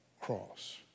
cross